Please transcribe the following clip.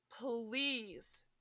please